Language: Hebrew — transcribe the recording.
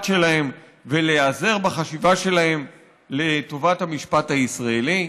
שלהם ולהיעזר בחשיבה שלהם לטובת המשפט הישראלי.